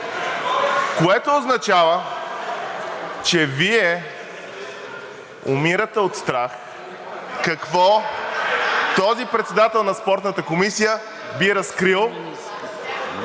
което означава, че Вие умирате от страх какво този председател на Спортната комисия би разкрил